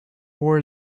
war